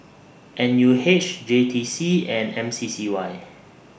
N U H J T C and M C C Y